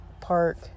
park